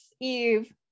Eve